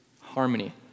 harmony